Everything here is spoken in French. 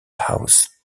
house